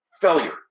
Failure